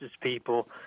people